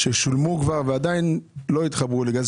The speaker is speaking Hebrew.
שילמו כבר ועדיין לא התחברו לגז.